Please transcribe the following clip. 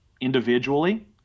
individually